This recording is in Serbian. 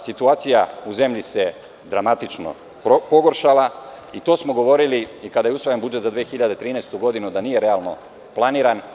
Situacija u zemlji se dramatično pogoršala, i to smo govorili kada je usvajan budžet za 2013. godinu da nije realno planiran.